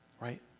Right